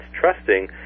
trusting